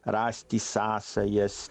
rasti sąsajas